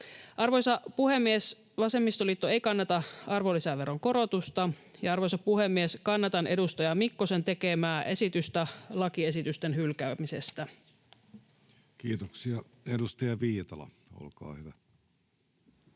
Arvoisa puhemies! Vasemmistoliitto ei kannata arvonlisäveron korotusta. Ja arvoisa puhemies! Kannatan edustaja Mikkosen tekemää esitystä lakiesitysten hylkäämisestä. [Speech 96] Speaker: